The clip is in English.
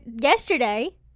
Yesterday